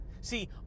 See